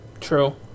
True